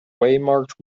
waymarked